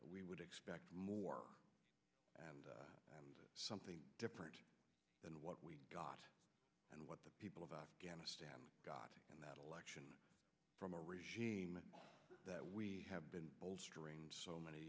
we would expect more and something different than what we got and what the people of afghanistan got in that election from a regime that we have been bolstering so many